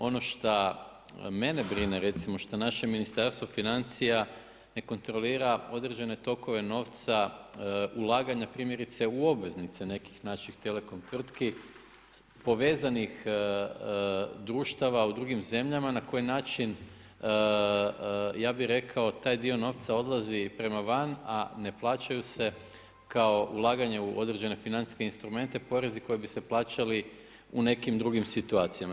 Ono šta mene brine recimo šta naše Ministarstvo financija ne kontrolira određene tokove novca, ulaganja primjerice u obveznice nekih naših telekom tvrtki povezanih društava u drugim zemljama na koji način, ja bih rekao taj dio novca odlazi prema van, a ne plaćaju se kao ulaganja u određene financijske instrumente porezi koji bi se plaćali u nekim drugim situacijama.